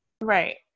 Right